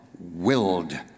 willed